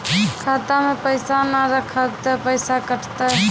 खाता मे पैसा ने रखब ते पैसों कटते?